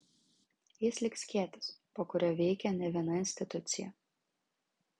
jis lyg skėtis po kuriuo veikia ne viena institucija